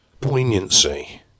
poignancy